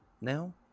now